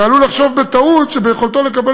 והוא עלול לחשוב בטעות שביכולתו לקבל